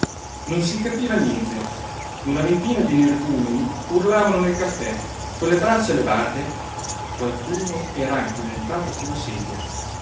non si capiva niente una ventina di energumeni urlavano nel caffè con le braccia levate qualcuno era anche montato sulla sedia